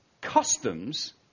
customs